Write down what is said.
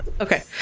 okay